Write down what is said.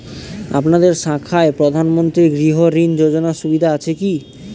আপনাদের শাখায় প্রধানমন্ত্রী গৃহ ঋণ যোজনার সুবিধা আছে কি?